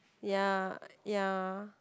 ya ya